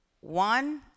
One